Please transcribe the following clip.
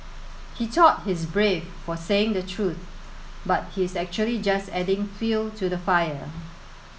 he thought he's brave for saying the truth but he's actually just adding fuel to the fire